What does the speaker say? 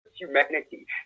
humanity